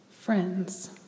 friends